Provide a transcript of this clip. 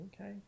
Okay